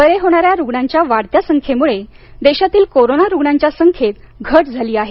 बरे होणाऱ्या रुग्णांच्या वाढत्या संख्येमुळे देशातील कोरोना रुग्णांच्या संख्येत घट झाली आहे